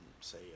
say